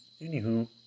anywho